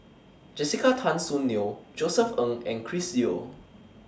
Jessica Tan Soon Neo Josef Ng and Chris Yeo